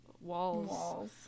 Walls